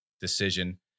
decision